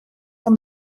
van